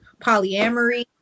polyamory